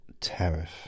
tariff